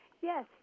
Yes